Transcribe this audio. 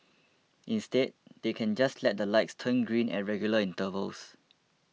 instead they can just let the lights turn green at regular intervals